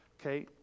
Okay